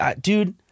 dude